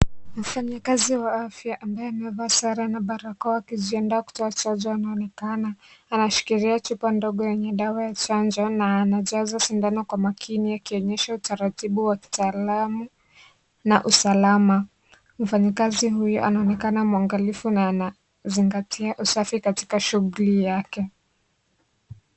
Mfanyikazi wa afya ambaye amevaa sare na barakoa akijiandaa kutoa chanjo yanayoonekana . Anashikilia chupa ndogo yenye dawa ya chanjo na anajaza sindano kwa makini ikionyesha utaratibu wa kitaalamu na usalama . Mfanyikazi huyu anaonekana mwangalifu na anazingatia usafi katika shughuli yake.